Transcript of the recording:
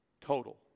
total